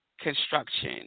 construction